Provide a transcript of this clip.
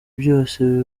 byose